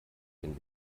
den